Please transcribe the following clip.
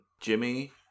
Jimmy